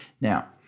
Now